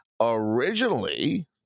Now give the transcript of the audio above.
Originally